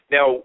Now